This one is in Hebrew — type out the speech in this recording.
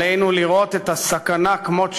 עלינו לראות את הסכנה כמות שהיא,